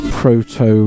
proto